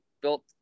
built